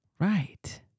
Right